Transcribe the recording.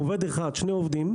עובד אחד או שניים,